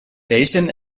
welchen